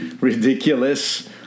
ridiculous